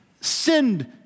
sinned